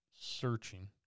searching